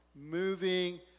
moving